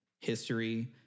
history